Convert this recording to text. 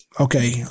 Okay